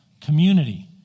community